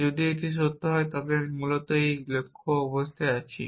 যদি এটি সত্য হয় তবে আমি মূলত একটি লক্ষ্য অবস্থায় আছি